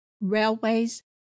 Railways